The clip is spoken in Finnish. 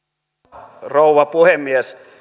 arvoisa rouva puhemies